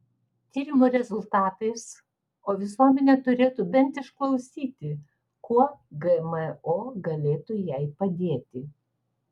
tyrimų rezultatais o visuomenė turėtų bent išklausyti kuo gmo galėtų jai padėti